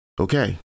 Okay